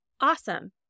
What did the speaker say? Awesome